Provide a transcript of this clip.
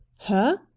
her?